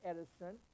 Edison